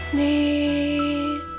need